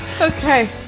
okay